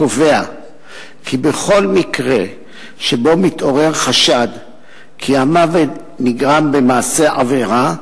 קובע כי בכל מקרה שבו מתעורר חשד שהמוות נגרם במעשה עבירה,